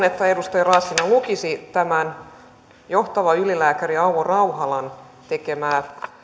että edustaja raassina lukisi tämän johtavan ylilääkärin auvo rauhalan tekemän